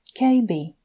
KB